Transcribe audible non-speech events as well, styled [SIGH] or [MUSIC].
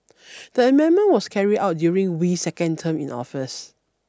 [NOISE] the amendment was carried out during Wee's second term in office